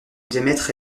diamètre